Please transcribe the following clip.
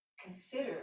consider